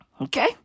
Okay